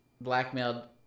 blackmailed